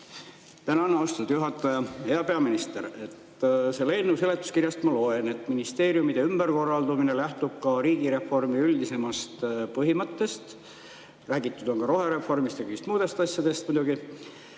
Tänan, austatud juhataja! Hea peaminister! Selle eelnõu seletuskirjast ma loen, et ministeeriumide ümberkorraldamine lähtub ka riigireformi üldisemast põhimõttest. Räägitud on rohereformist ja kõigist muudest asjadest muidugi,